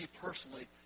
personally